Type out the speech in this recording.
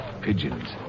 Pigeons